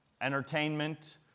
entertainment